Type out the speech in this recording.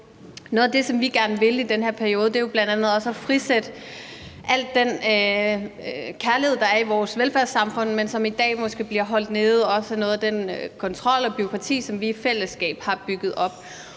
Noget af det, som vi gerne vil i den her periode, er jo bl.a. at frisætte al den kærlighed, der er i vores velfærdssamfund, men som i dag måske bliver holdt nede, også af noget af den kontrol og det bureaukrati, som vi i fællesskab har bygget op.